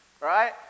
right